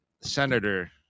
senator